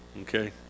okay